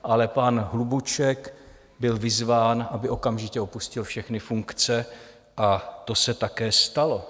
Ale pan Hlubuček byl vyzván, aby okamžitě opustil všechny funkce, a to se také stalo.